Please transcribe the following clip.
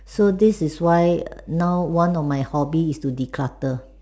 so this is why now one of my hobby is to declutter